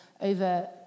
over